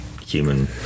human